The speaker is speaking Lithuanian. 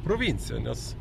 provincija nes